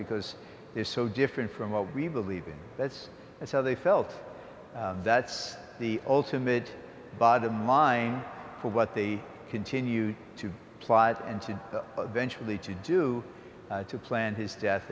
because they're so different from what we believe in that's that's how they felt that's the ultimate bottom line for what they continue to plot and to venture lead to do to plan his death